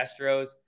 Astros